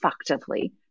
effectively